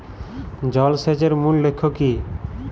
জল সেচের মূল লক্ষ্য কী?